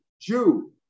Jew